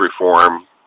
reform